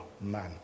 man